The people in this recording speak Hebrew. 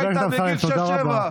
כשהיית בגיל שש-שבע.